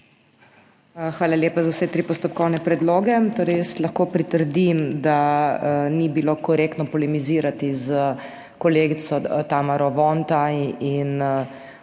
Hvala lepa za vse tri postopkovne predloge. Torej jaz lahko pritrdim, da ni bilo korektno polemizirati s kolegico Tamaro Vonta in